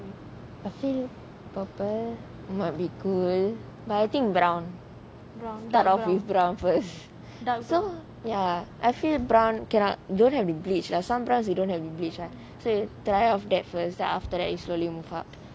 I feel purple might be cool but I think brown start off with brown first so ya I feel brown cannot don't have bleached or sometimes you don't have bleach right so you try out that first then after that you slowly move up